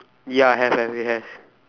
ya have have they have